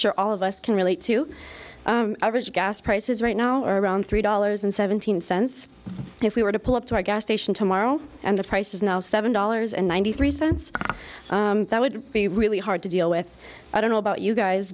sure all of us can relate to average gas prices right now around three dollars and seventeen cents if we were to pull up to our gas station tomorrow and the price is now seven dollars and ninety three cents that would be really hard to deal with i don't know about you guys